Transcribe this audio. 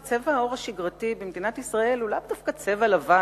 כי צבע העור השגרתי במדינת ישראל הוא לאו דווקא צבע לבן,